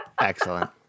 Excellent